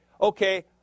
Okay